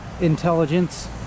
intelligence